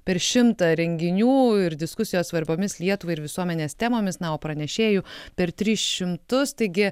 per šimtą renginių ir diskusijos svarbiomis lietuvai ir visuomenės temomis na o pranešėjų per tris šimtus taigi